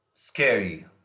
scary